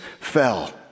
fell